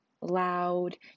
loud